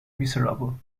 miserable